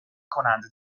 کنند